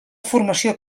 formació